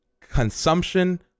Consumption